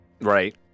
Right